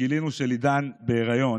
כשגילינו שלידן בהיריון,